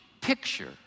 picture